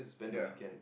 ya